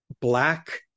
black